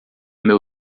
meu